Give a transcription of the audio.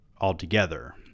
altogether